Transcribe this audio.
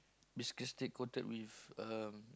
biscuit sticks coated with um